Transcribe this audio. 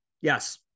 yes